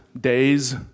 days